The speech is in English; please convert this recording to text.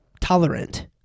tolerant